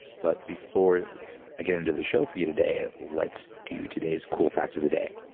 but, before i get into the show for you today let's do today's cool fact of the day.